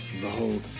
Behold